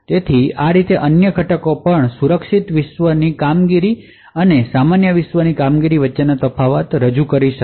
તેથી આ રીતે અન્ય ઘટકો પણ સુરક્ષિત વિશ્વ કામગીરી અને સામાન્ય વિશ્વ કામગીરી વચ્ચેનો તફાવત સમક્ષ રજુ કરવાનો પ્રયત્ન કરશે